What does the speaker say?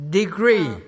degree